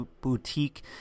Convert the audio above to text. Boutique